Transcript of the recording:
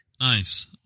Nice